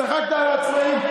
צחקת על העצמאים.